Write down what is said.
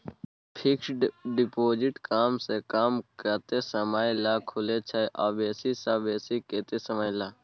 Fixed deposit कम स कम कत्ते समय ल खुले छै आ बेसी स बेसी केत्ते समय ल?